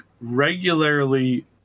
regularly